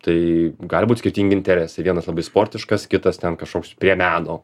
tai gali būti skirtingi interesai vienas labai sportiškas kitas ten kažkoks prie meno